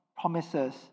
promises